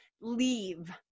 leave